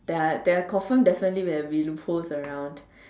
there are there are confirm definitely there will be loopholes around